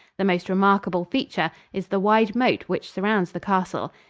the most remarkable feature is the wide moat which surrounds the castle.